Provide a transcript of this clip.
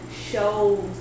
shows